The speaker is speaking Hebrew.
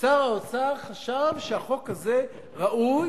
ושר האוצר חשב שהחוק הזה ראוי,